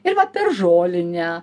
ir va per žolinę